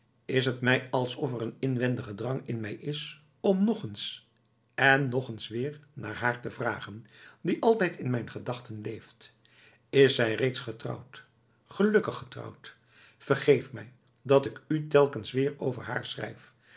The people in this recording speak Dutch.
is het mij alsof er een inwendige drang in mij is om nog eens en nog eens weer naar haar te vragen die altijd in mijn gedachten leeft is zij reeds getrouwd gelukkig getrouwd vergeef mij dat ik u telkens weer over haar schrijf